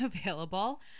available